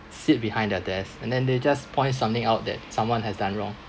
sit behind their desk and then they just point something out that someone has done wrong